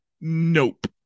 Nope